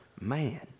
Man